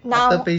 now